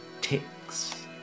ticks